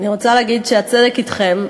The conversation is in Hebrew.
אני רוצה להגיד שהצדק אתכם,